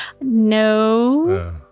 No